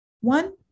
one